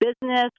business